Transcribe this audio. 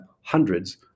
hundreds